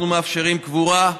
אנחנו מאפשרים קבורה.